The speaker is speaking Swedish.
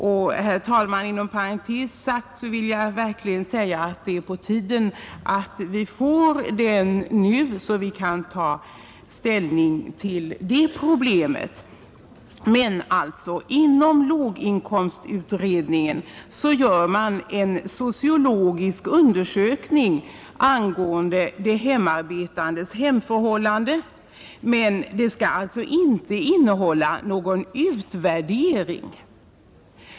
Inom parentes sagt, herr talman, vill jag verkligen understryka att det är på tiden att vi får ett förslag från den nu, så att vi kan ta ställning till det problemet. Inom låginkomstutredningen gör man en sociologisk undersökning angående de hemarbetandes hemförhållanden; den skall dock inte innehålla någon utvärdering.